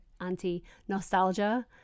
anti-nostalgia